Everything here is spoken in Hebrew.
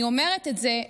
אני אומרת את זה,